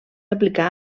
aplicar